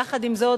יחד עם זאת,